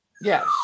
Yes